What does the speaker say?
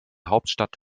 hauptstadt